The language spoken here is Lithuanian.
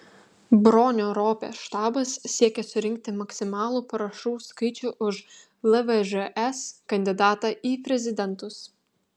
bronio ropės štabas siekia surinkti maksimalų parašų skaičių už lvžs kandidatą į prezidentus